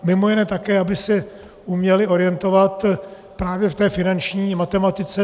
Mimo jiné také, aby se uměli orientovat právě v té finanční matematice.